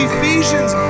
Ephesians